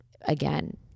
again